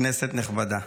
כנסת נכבדה,